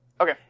okay